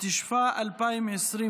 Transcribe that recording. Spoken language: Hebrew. התשפ"א 2021,